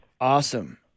Awesome